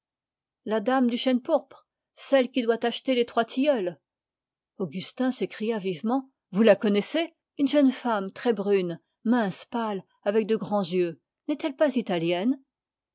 la dame du chêne pourpre celui qui doit acheter les trois tilleuls augustin s'écria vivement vous la connaissez une jeune femme très brune mince pâle avec de grands yeux n'est-elle pas italienne